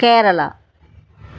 Kerala